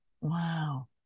Wow